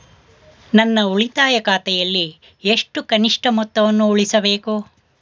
ನನ್ನ ಉಳಿತಾಯ ಖಾತೆಯಲ್ಲಿ ಎಷ್ಟು ಕನಿಷ್ಠ ಮೊತ್ತವನ್ನು ಉಳಿಸಬೇಕು?